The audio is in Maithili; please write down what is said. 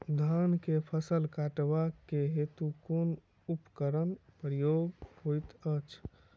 धान केँ फसल कटवा केँ हेतु कुन उपकरणक प्रयोग होइत अछि?